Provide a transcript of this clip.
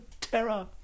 terror